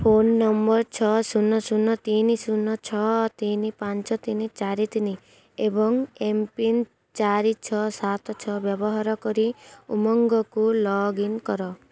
phone number ଛଅ ଶୂନ ଶୂନ ତିନି ଶୂନ ଛଅ ତିନି ପାଞ୍ଚ ତିନି ଚାରି ତିନି ଏବଂ ଏମ୍ପିନ୍ ଚାରି ଛଅ ସାତ ଛଅ ବ୍ୟବହାର କରି ଉମଙ୍ଗକୁ ଲଗ୍ଇନ୍ କର